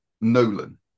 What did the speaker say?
Nolan